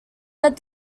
that